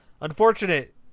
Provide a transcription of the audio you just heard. unfortunate